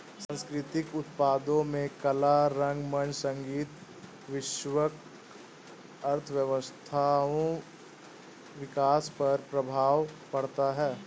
सांस्कृतिक उत्पादों में कला रंगमंच संगीत वैश्विक अर्थव्यवस्थाओं विकास पर प्रभाव पड़ता है